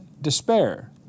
despair